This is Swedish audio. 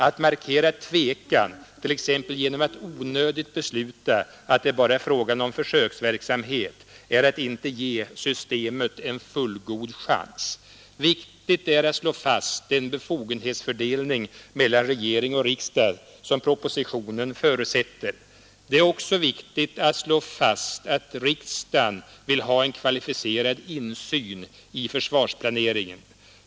Att markera tvekan, t.ex. genom att onödigt besluta att det bara är fråga om försöksverksamhet, är att inte ge systemet en fullgod chans Viktigt är att slå fast den befogenhetsfördelning mellan regering och riksdag som propositionen förutsätter. Det är också viktigt att slå fast att riksdagen vill ha en kvalificerad insyn i försvarsplaneringen.